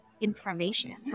information